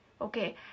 Okay